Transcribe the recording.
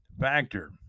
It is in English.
factor